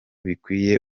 bikwiye